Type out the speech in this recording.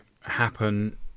happen